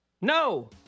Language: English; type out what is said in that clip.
no